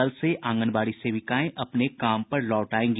कल से आंगनवाड़ी सेविकाएं अपने काम पर लौट आयेंगी